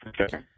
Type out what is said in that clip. Okay